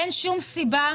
אין שום סיבה,